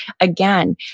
again